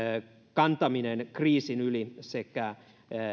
kantaminen kriisin yli sekä